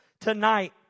tonight